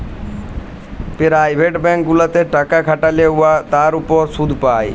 private bank গুলাতে টাকা খাটাল্যে তার উপর শুধ পাই